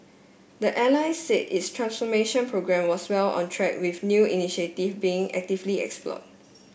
the airline said its transformation programme was well on track with new initiative being actively explored